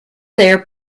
there